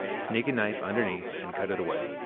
sneak a knife underneath and cut it away.